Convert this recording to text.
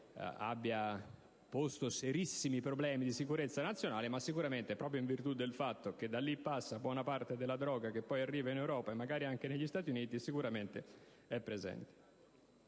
abbia posto serissimi problemi di sicurezza nazionale, ma sicuramente, in virtù del fatto che da lì passa buona parte della droga che arriva in Europa e magari anche negli Stati Uniti, è presente.